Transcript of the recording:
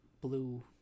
blue